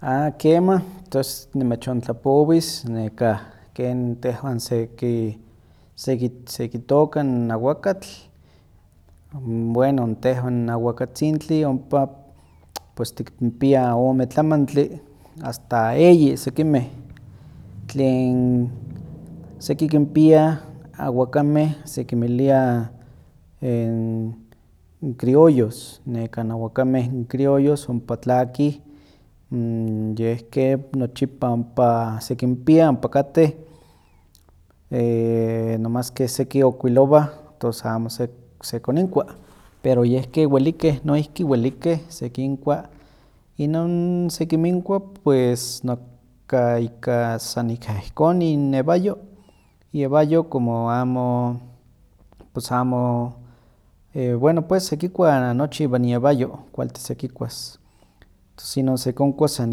A kemah, tos nimechontlapowis nekah ken tehwan seki- sekitooka n aguakatl. Bueno, tehwan aguakatzintli ompa pues tikimpiah ome tlamantli, asta eyi sekinmeh, tlen seki kimpiah aguakameh sekinmilia criollos, aguakameh criollos ompa tlakih, yeh ke nochipa ompa sekinpia ompa kateh, nomás keh seki okuilowah, tos amo sek- sekoninkua, pero yeh ke welikeh, noihki welikeh sekinkua. Inon sekinminkua pues nekah ika san ika ihkon inewayo, iewayo como amo, pus amo, bueno pues sekikua nochi iwan iewayo kualtis sekikuas, tos inon sekonkuas san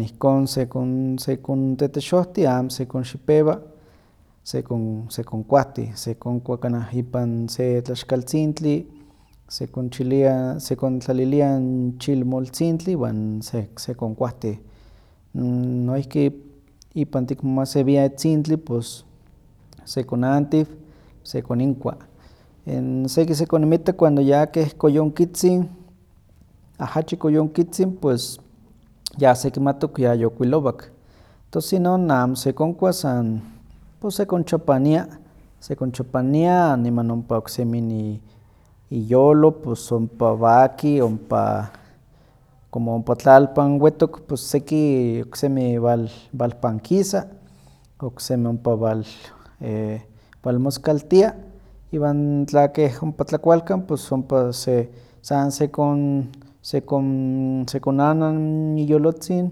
ihkon sekon- sekontetexohtih amo sekonxipewa, sekon- sekonkuahtih. Sekonkua kanah ipan se tlaxkaltzintli, sekonchilia- sekontlalilia n chilmoltzintli iwan sek- sekonkuahtih. Noihki ipan tikmomasewiah etzintli pos sekonnantiw sekoninkua. seki sekoninmitta cuando ya keh koyonkitzin ahachi koyonkitzin pues yasekimatok pues yayookuilowak, tos inon amo se konkua, san pus sekonchapania, sekonchapania, niman ompa oksemi ni- n iyolo pus ompa waki, ompa como ompa tlalpan wetok, seki oksemi wal- walpankisa oksemi ompa wal- -walmoskaltia, iwan tla keh ompa tlakualkan pus ompa se san sekon- sekon- sekonana n iyolotzin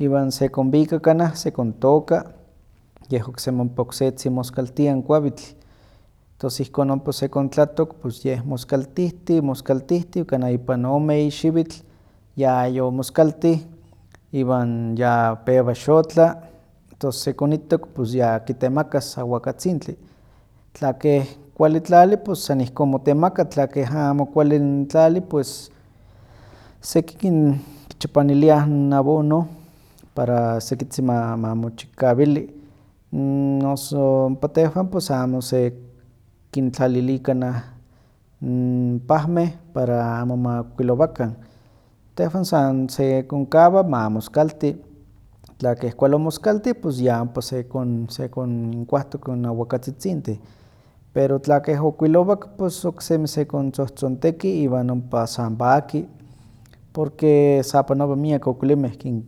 iwan sekonwika kanah sekontooka, yeh oksemi ompa oksetzin moskaltia n kuawitl, tos ihkon ompa sekontlatok, yeh moskaltihtiw, moskaltihtiw kanah ipan ome eyi xiwitl yayomoskaltyih iwan ya pewa xotla, tos sekonittok kitemakas aguakatzintli, tla keh kualli tlali pus san ihkon motemaka, tla keh amo kuali n tlali pues seki kin- kichapaniliah n abono para sekitzin mamo- mamochikawili, noso ompa tehwan amo sekintlalili kanah pawmeh para amo ma okuilowakan, tehwan san sekonkawa ma moskalti, tla keh kuali omoskaltih pus ya ompa seko- sekoninkuahtok aguakatzitzintih, pero tla ke ookuilowak pus oksemi sekontzohtzonteki iwan ompa san waki porque sapanowa miak okuilinmeh kin-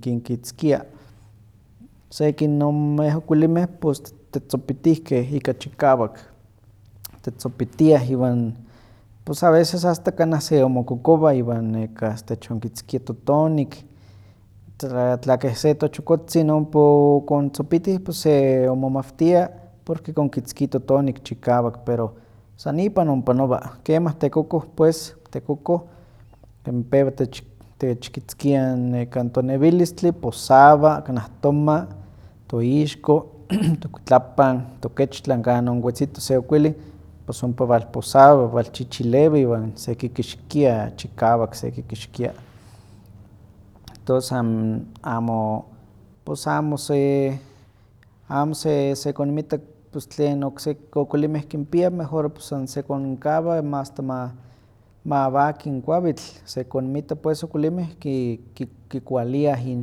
kinkitzkia. Seki inonmeh okuilinmeh pus te- tetzopitihkeh ika chikawak, tetzopitiah iwan a veces asta kanah seonmokokowa iwan nekah techonkitzkia totonik. Tza- tla keh se tochokotzin ompa okontzopitih pus se onmomawtia porque konkitzkia totonik chikawak pero san ipan ompanowa, kemah tetotkoh pues, tekokoh, pewa tech- techkitzkia nekan tonewilis. posawa kanah toma, toixko, tokuitlapan, tokechtlan kan onwetzito se okuilin, pus ompa walposawa, walchichilewa iwan sekikixkia chikawak sekikixkia, tos am- amo- pos amo se- amo sekoninmita pues tlen okseki okuilinmeh kinpia mejor pus san sekonkawa ma- asta- ma- ma waki n kuawitl, sekoninmitta pues okuilimeh ki- kikualiah in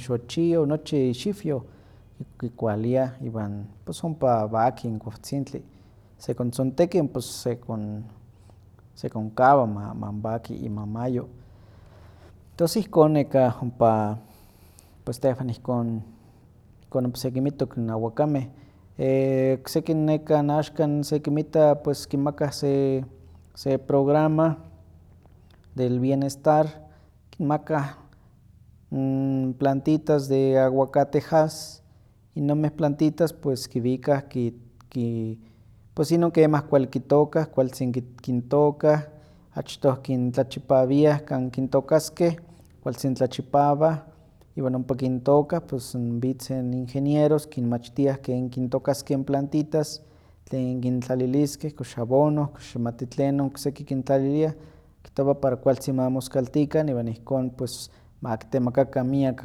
xochio, nochi ixiwwyo, ki- kikualiah iwan pus ompa waki n kuawtzintli, sekontzonteki ompa- ps sekon- sekonkawa ma waki imamayo. Tos ihkon nekah ompa pues tehwan ihkon- ihkon ompa sekinmittok n aguakameh. okseki n nekan axkan sekinmita pues kinmakah se- se programa, del bienestar kinmakah n plantitas de aguacate jas, inonmeh plantitas pues kinwikah ki- pues inon kemah kualli kitookah, kualtzin ki- kintookah, achtoh kintlachipawiah kan kintookaskeh, kualtzin tlachipawah iwan ompa kintookah, pues n witzeh n ingenieros kinmachtiah ken kintookaskeh n plantitas tlen kintlaliliskeh, kox abono, kox amati tlen okseki kintlaliliah, kihtowa para kualtzin ma moskaltikan iwan ihkon ma kitemakakah miak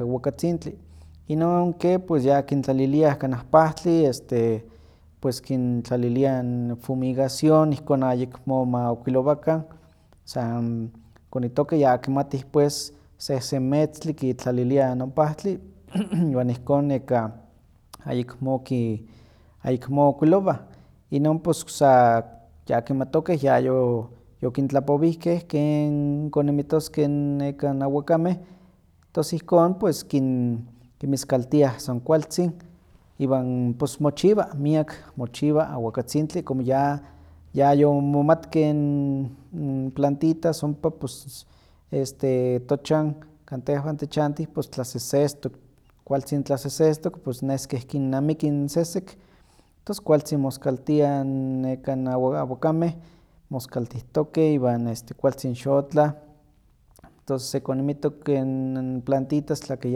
aguakatzintli, inon ke pus ya kintlaliliah kanah pahtli, este pues kintlaliliah n fumigación, ihkon ayekmo ma okuilowakan, san konitokeh ya kimatih pues, sehsen meztli kitlaliliah non pahtli iwan ihkon nekah ayekmo ki- ayekmo okuilowah, inon pues ok- sa ya kimatokeh yayo- yokintlapowihkeh ken koninmitoskeh nekan aguakameh, tos ihkon kin- kinmiskaltiah son kualtzin, iwan pus mochiwa, miak mochiwa aguakatzintli, como ya- yayomomatkeh n plantitas ompa pus este tochan kan tehwan tichantih pus tlasesestok, kualtzin tlasesstos nes keh kinnamiki n sesek, tos kualtzin moskaltiah nekan n agua- aguakameh, moskaltihtokeh iwan nekah kualtzin xotlah, tos sekoninmitok ken- plantitas tla keh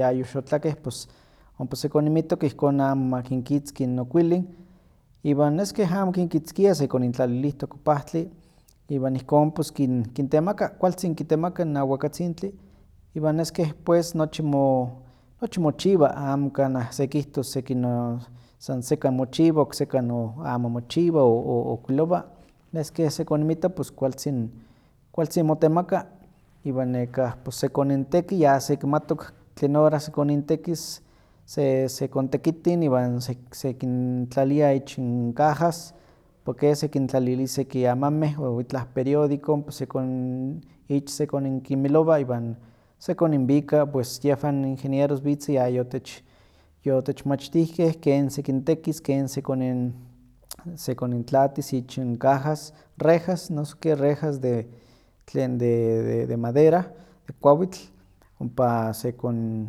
yayoxotlakeh pus ompa sekoninmitok ihkon amo ma kinkitzki n okuilin, iwan nes keh amo kinkitzkiah, sekonintlalilihtok pahtli iwan ihkon pus kin- kintemaka, kualtzin kitemaka n aguakatzintli, iwan nes keh pues nochi mo- nochi mochiwa, amo kanah sekihtos seki no- san sekan mochiwa, okasekan no- amo mochiwa o- o- okuilowa, nes keh sekoninmita pues kualtzin kualtzin motemaka, iwan nekah pus sekoninteki ya sekimatok tlen orah sekonintekis, se- sekontekitin iwan se- sekintlalia ich n cajas, ompa ke sekintlalilis seki amameh o itlah periodico ompa sekon- ich sekoninkimilowa iwan sekoninwika pues yehwan ingenieros witzeh yayotech- yotechmachtihkeh ken sekintekis, ken sekonin- sekonintlaatis ich n cajas, rejas, noso ke rejas de tlen de- de madera, de kuawitl, ompa sekon-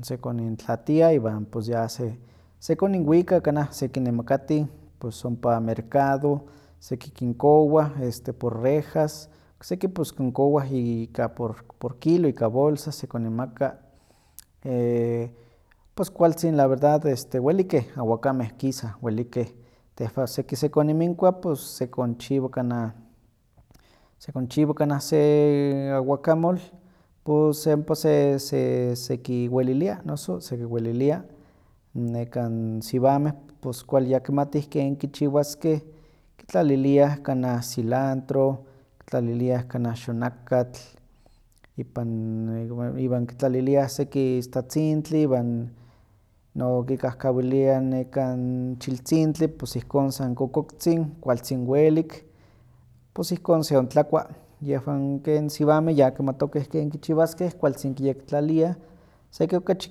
sekonintlalia iwan pus ya se- sekoninwika kanah sekinemakatin, pus ompa mercado, seki kinkowah por rejas, okseki pus kinkowa ika por kilo ika bolsa sekoninmaka, pus kualtzin la verdad este welikeh aguakameh kisah, welikeh, tehwan seki sekoninminkua pus sekonchiwa kanah, sekonchiwa kanah se aguakamol, pus se- ompa se- se- seki welilia, noso sekiwelilia, nekan siwameh pus kuali ya kimatih ken kichiwaskeh, kitlaliliah kanah cilandro, kitlaliliah kanah xonakatl, ipan- iw- iwan kitlaliliah seki istatzintli iwan nokikahkawiliah nekan chiltzintli pus ihkon san kokoktzin kualtzin welik, pos ihkon se ontlakua. Yehwan ken siwameh yakimatokeh ken kichiwaskeh kualtzin kiyektlaliah, seki okachi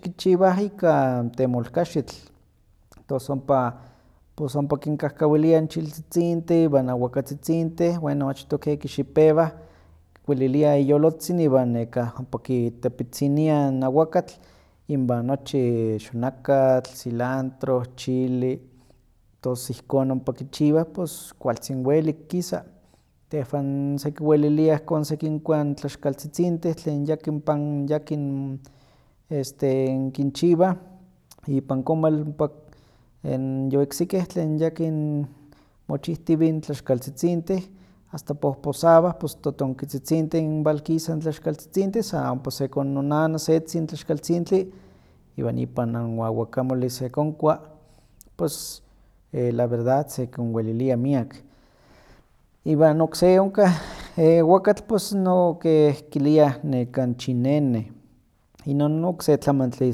kichiwah ika temolkaxitl, tos ompa, pus ompa kinkahkawiliah n chiltzitzintih iwan aguakatztitzintih, bueno aachtoh ke kixipewah, kikuililiah iyolotzin iwan ompa kitepitziniah n aguakatl, inwan nochi xonakatl, cilantro, chili, tos ihkon ompa kichiwa pus kualtzin welik kisa. Tehwan sekiwelilia ihkon sekinkua tlaxkaltzitzintih tlen yakin pan- yakin este kinchiwah, ipan komal ompa n yoiksikeh tlen yakin mochihtiwih tlaxkaltzitzintih, asta pohposawah pos totonkitzitzintih n walkisah n tlaxkaltzitzintih sa ompa sekononana setzon tlxkaltzintli iwan ipan aguakamoli sekonkua pus la verdad sekonwelilia miak. Iwan okse onka aguakatl no seh kiliah nekan chineneh, inon no okse tlamantli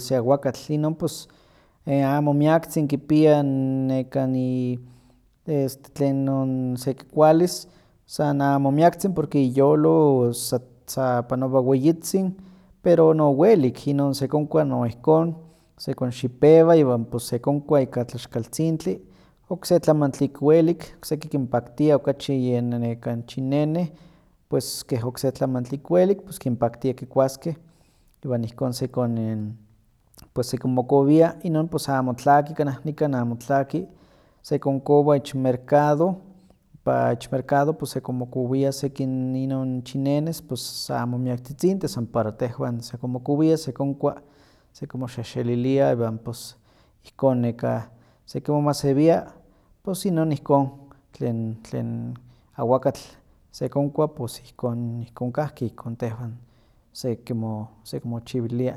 se aguakatl, inon pues amo miaktzin kipia nekan i este tlenon sekikualis san amo miaktzin porque iyolo sat- sapanowa weyitzin pero no welik, inon sekonkua no ihkon, sekonxipewa iwan pus sekonkua ika tlaxkaltzintli, okse tlamantli ik welik, okseki kinpaktia okachi yen nekan chineneh pues keh okse tlamantli ik welik, pus kinpaktia kikuaskeh, iwan ihkon sekonin- pues sekimokowia inon pues amotlaki kanah nikan pues amo tlaki, sekonkowa ich mercado, ompa ich mercado pues sekonmokowia sekin inon chinenes pues amo miaktzitzintih san para tehwan sekonmokowia sekonkua, sekimoxehxelilia iwan pus ihkon nekah, sekimomasewia pus inon ihkon tlen tlen aguakatl sekonkua pus ihkon kahki ihkon tehwan sekimo- sekimochiwilia.